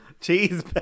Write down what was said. Cheese